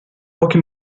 pochi